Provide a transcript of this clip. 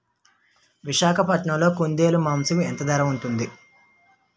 విశాఖపట్నంలో కుందేలు మాంసం ఎంత ధర ఉంటుంది?